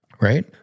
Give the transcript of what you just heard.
Right